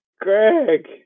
Greg